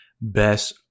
best